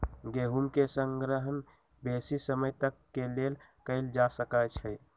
गेहूम के संग्रहण बेशी समय तक के लेल कएल जा सकै छइ